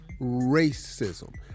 racism